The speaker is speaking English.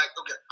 Okay